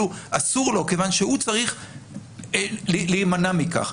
אסור לו כיוון שהוא צריך להימנע מכך.